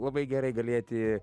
labai gerai galėti